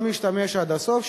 לא משתמש עד הסוף,